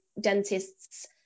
dentists